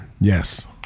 Yes